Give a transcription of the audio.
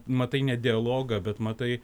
matai ne dialogą bet matai